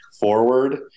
forward